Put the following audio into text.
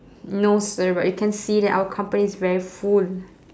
no sir but you can see that our company is very full